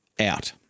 out